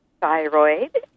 thyroid